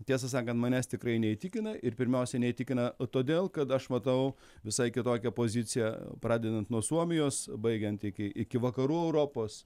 tiesą sakant manęs tikrai neįtikina ir pirmiausia neįtikina o todėl kad aš matau visai kitokią poziciją pradedant nuo suomijos baigiant iki iki vakarų europos